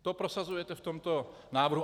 To prosazujete v tomto návrhu.